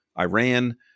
Iran